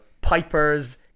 Pipers